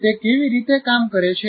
તે કેવી રીતે કામ કરે છે